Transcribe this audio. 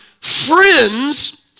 friends